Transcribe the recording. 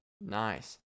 nice